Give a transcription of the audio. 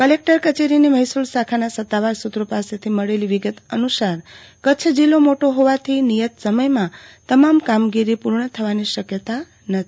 collector કચેરીની મહેસુલ શાખાના સત્તાવાર સુત્રો પાસેથી મળેલી વિગત અનુસાર કચ્છ જિલ્લો મોટો હોવાથી નિયત સમયમાં તમામ કામગીરી પુર્ણ થવાની શક્યતા નથી